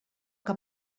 que